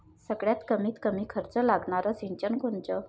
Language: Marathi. सगळ्यात कमीत कमी खर्च लागनारं सिंचन कोनचं?